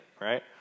right